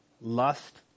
lust